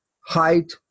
height